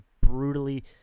brutally